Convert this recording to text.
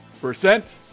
percent